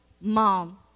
mom